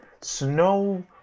snow